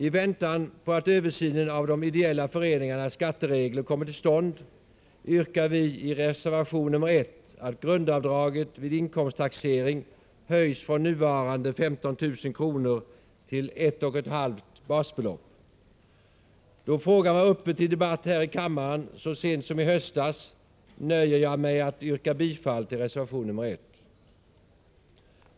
I väntan på att översynen av de ideella föreningarnas skatteregler kommer till stånd yrkar vi i reservation nr 1 att grundavdraget vid inkomsttaxering höjs från nuvarande 15 000 kr. till ett och ett halvt basbelopp. Då frågan var uppe till debatt här i kammaren så sent som i höstas nöjer jag mig med att yrka bifall till reservation nr 1.